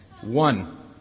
One